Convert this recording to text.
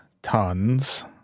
tons